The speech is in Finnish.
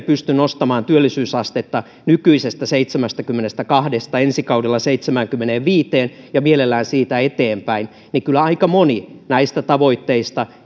pysty nostamaan työllisyysastetta nykyisestä seitsemästäkymmenestäkahdesta ensi kaudella seitsemäänkymmeneenviiteen ja mielellään siitä eteenpäin niin kyllä aika moni näistä tavoitteista